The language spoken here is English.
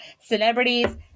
celebrities